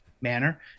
manner